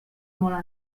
molt